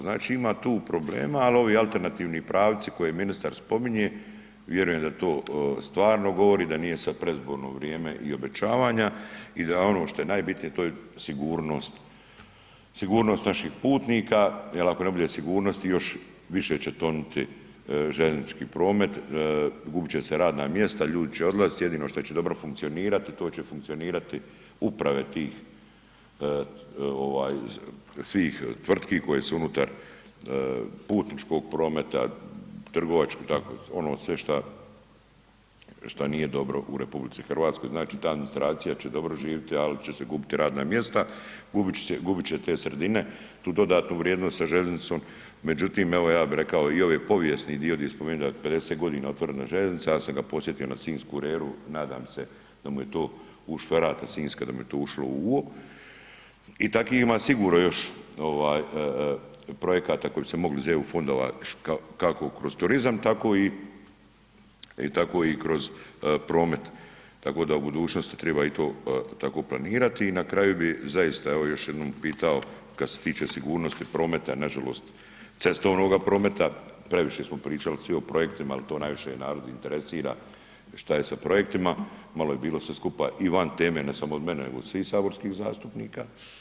Znači ima tu problema, ali ovi alternativni pravci koje ministar spominje vjerujem da to stvarno govori, da nije sad predizborno vrijeme i obećavanja i da je ono što je najbitnije to je sigurnost, sigurnost naših putnika jel ako ne bude sigurnosti još više će tonuti željeznički promet, gubit će se radna mjesta, ljudi će odlazit, jedino što će dobro funkcionirat to će funkcionirati uprave tih ovaj svih tvrtki koje su unutar putničkog prometa, trgovačko i tako, ono sve šta, šta nije dobro u RH, znači ta administracija će dobro živiti, al će se gubiti radna mjesta, gubit će te sredine tu dodatnu vrijednost sa željeznicom, međutim evo ja bi rekao i ovaj povijesni dio di je spomenuo da je 50.g. otvorena željeznica, ja sam ga podsjetio na sinjsku reru, nadam se da mu je to … [[Govornik se ne razumije]] sinjska, da mu je to ušlo u uo i taki ima sigurno još ovaj projekata koji bi se mogli iz EU fondova kako kroz turizam, tako i, tako i kroz promet, tako da u budućnosti triba i to tako planirati i na kraju bi zaista evo još jednom pitao kad se tiče sigurnosti prometa, nažalost cestovnoga prometa, previše smo pričali svi o projektima, al to najviše narod interesira šta je sa projektima, malo je bilo sve skupa i van teme ne samo od mene nego od svih saborskih zastupnika.